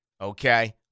okay